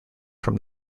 from